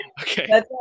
Okay